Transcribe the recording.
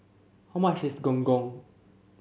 how much is Gong Gong